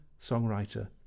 songwriter